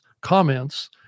comments